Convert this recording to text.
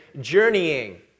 journeying